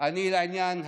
לעניין הקנסות.